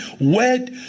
wet